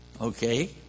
Okay